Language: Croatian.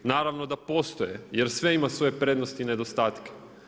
Naravno da postoje jer sve ima svoje prednosti i nedostatke.